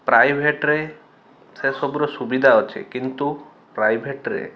ପ୍ରାଇଭେଟରେ ସେ ସବୁର ସୁବିଧା ଅଛି କିନ୍ତୁ ପ୍ରାଇଭେଟରେ